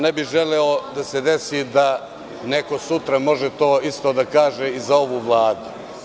Ne bih želeo da se desi da neko sutra može to isto da kaže i za ovu Vladu.